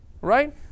right